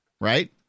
right